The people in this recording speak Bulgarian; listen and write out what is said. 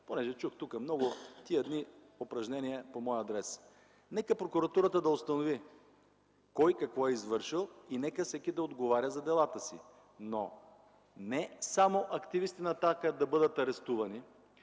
дни чух много упражнения по мой адрес. Нека Прокуратурата да установи кой какво е извършил и нека всеки отговаря за делата си. Но не само активисти на „Атака” да бъдат арестувани,